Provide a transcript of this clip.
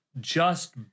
just-